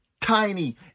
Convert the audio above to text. tiny